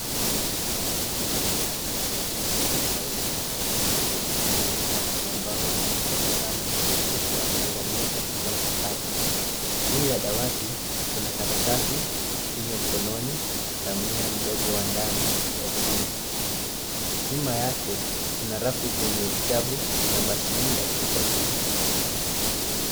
Mwanaume aliyevaa vichwa vya sauti ameketi kwenye dawati la mbao akitabasamu huku akiangalia kompyuta mpakato. Juu ya dawati kuna karatasi, simu ya mkononi na mmea mdogo wa ndani ya chungu. Nyuma yake, kuna rafu zenye vitabu na mashini ya kuchapisha.